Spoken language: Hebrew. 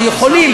או יכולים,